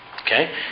Okay